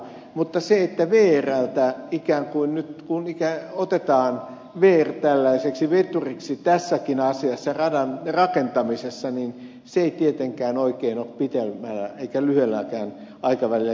mutta se että ikään kuin nyt otetaan vr tällaiseksi veturiksi tässäkin asiassa radan rakentamisessa ei tietenkään oikein ole pitemmällä eikä lyhyelläkään aikavälillä kestävää